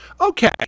Okay